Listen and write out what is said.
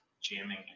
jamming